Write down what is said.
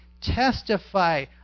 testify